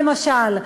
למשל,